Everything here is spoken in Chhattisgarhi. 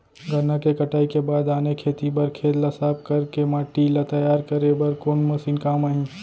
गन्ना के कटाई के बाद आने खेती बर खेत ला साफ कर के माटी ला तैयार करे बर कोन मशीन काम आही?